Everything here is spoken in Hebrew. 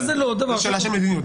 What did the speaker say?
זו שאלה של מדיניות.